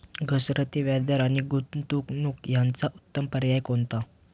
घसरते व्याजदर आणि गुंतवणूक याचे उत्तम पर्याय कोणते?